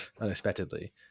Unexpectedly